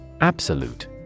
Absolute